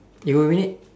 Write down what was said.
eight more minute